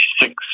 six